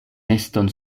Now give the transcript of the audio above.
neston